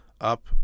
up